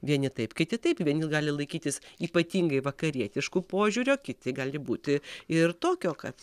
vieni taip kiti taip vieni gali laikytis ypatingai vakarietiškų požiūrio kiti gali būti ir tokio kad